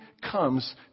comes